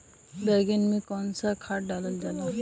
बैंगन में कवन सा खाद डालल जाला?